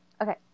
Okay